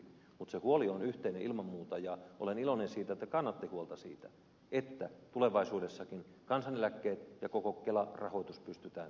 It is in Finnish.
mutta se huoli on yhteinen ilman muuta ja olen iloinen siitä että kannatte huolta siitä että tulevaisuudessakin kansaneläkkeet ja koko kela rahoitus pystytään turvaamaan